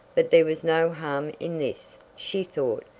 but there was no harm in this, she thought.